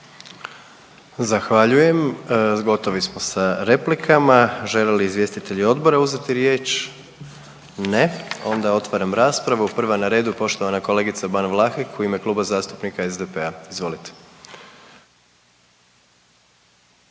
Zahvaljujem. Gotovi smo sa replikama. Žele li izvjestitelji odbora uzeti riječ? Ne, onda otvaram raspravu, prva na redu je poštovana kolegica Ban Vlahek u ime Kluba zastupnika SDP-a. Izvolite.